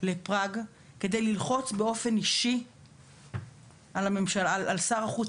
לפראג כדי ללחוץ באופן אישי על שר החוץ